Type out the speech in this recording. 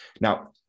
Now